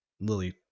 Lily